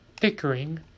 bickering